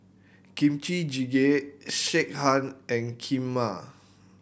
Kimchi Jjigae Sekihan and Kheema